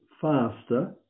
faster